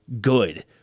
good